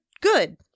good